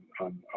on